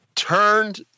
Turned